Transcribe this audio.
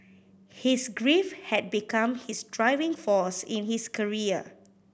his grief had become his driving force in his career